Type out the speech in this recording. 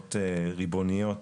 לקרנות ריבוניות,